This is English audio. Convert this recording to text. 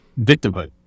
victimhood